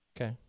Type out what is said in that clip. Okay